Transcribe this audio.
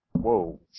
Whoa